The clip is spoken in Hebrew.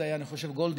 זה היה אני חושב גולדין,